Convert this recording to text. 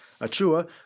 Achua